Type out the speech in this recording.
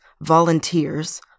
volunteers